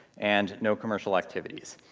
and no commercial activities.